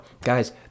guys